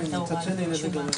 ומצד שני, אין לזה גם ערך.